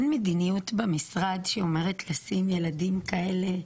אין מדיניות במשרד שאומרת לשים ילדים כאלה,